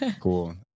Cool